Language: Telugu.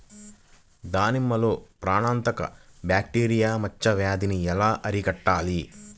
దానిమ్మలో ప్రాణాంతక బ్యాక్టీరియా మచ్చ వ్యాధినీ ఎలా అరికట్టాలి?